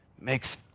makes